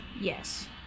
yes